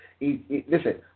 Listen